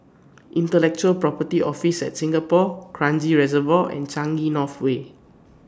Intellectual Property Office At Singapore Kranji Reservoir and Changi North Way